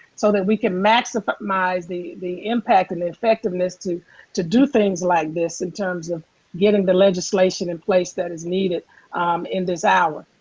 so that we can maximize the the impact and the effectiveness to to do things like this, in terms of getting the legislation in place that is needed in this hour.